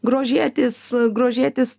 grožėtis grožėtis